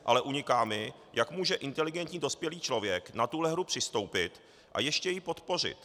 Ale uniká mi, jak může inteligentní dospělý člověk na tuto hru přistoupit a ještě ji podpořit.